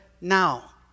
now